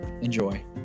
Enjoy